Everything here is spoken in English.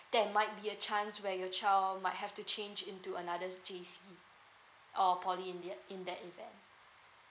there might be a chance where your child might have to change into another J_C or poly in that in that event